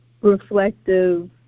reflective